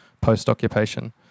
post-occupation